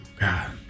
God